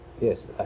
Yes